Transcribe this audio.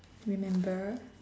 remember